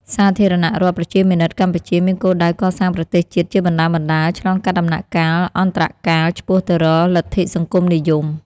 សាធារណរដ្ឋប្រជាមានិតកម្ពុជា មានគោលដៅកសាងប្រទេសជាតិជាបណ្តើរៗ ឆ្លងកាត់ដំណាក់កាលអន្តរកាលឆ្ពោះទៅរកលទ្ធិសង្គមនិយម។